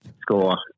score